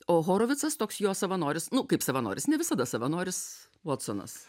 o horovicas toks jo savanoris nu kaip savanoris ne visada savanoris votsonas